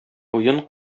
уен